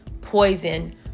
poison